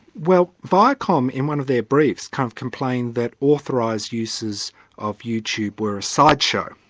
well viacom, in one of their briefs, kind of complained that authorised uses of youtube were a sideshow,